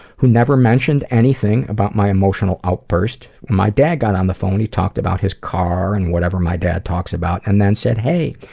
who never mentioned anything about my emotional outburst. my dad got on the phone. he talked about his car, and whatever my dad talks about, and then said, hey,